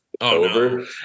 over